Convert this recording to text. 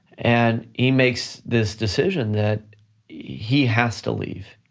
and he makes this decision that he has to leave.